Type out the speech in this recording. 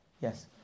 Yes